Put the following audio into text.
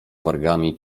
wargami